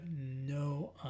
no